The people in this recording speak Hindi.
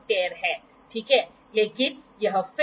और फिर अगला 9° है आप 9° बनाते हैं